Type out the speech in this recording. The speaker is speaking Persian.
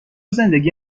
زندگی